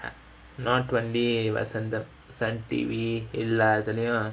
not only vasantham sun T_V இல்ல அதுலயும்:illa athulayum